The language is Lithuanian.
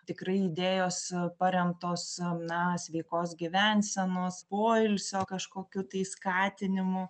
tikrai idėjos paremtos na sveikos gyvensenos poilsio kažkokiu tai skatinimu